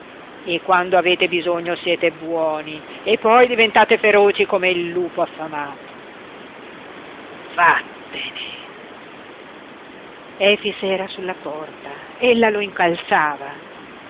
e quando avete bisogno siete buoni e poi diventate feroci come il lupo affamato vattene efix era sulla porta ella lo incalzava